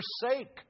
forsake